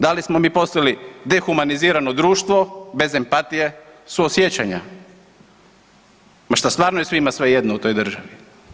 Da li smo mi postali dehumanizirano društvo bez empatije, suosjećanja, ma šta stvarno je svima svejedno u toj državi?